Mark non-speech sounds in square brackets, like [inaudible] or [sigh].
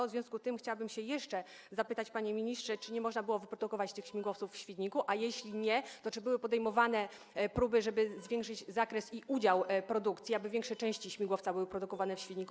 W związku tym chciałabym zapytać, panie ministrze, czy nie można było wyprodukować tych śmigłowców w Świdniku, [noise] a jeśli nie, to czy były podejmowane próby, żeby zwiększyć zakres i udział produkcji, aby większe części śmigłowca były produkowane w Świdniku.